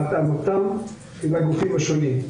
והתאמתם עם הגופים השונים.